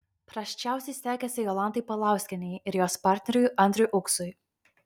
prasčiausiai sekėsi jolantai paulauskienei ir jos partneriui andriui uksui